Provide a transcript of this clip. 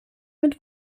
mit